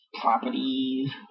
properties